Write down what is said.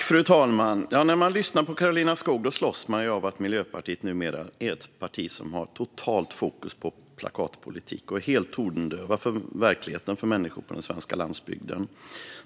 Fru talman! När jag lyssnar på Karolina Skog slås jag av att Miljöpartiet numera är ett parti som har totalt fokus på plakatpolitik och är helt tondövt för verkligheten för människor på den svenska landsbygden.